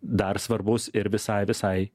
dar svarbus ir visai visai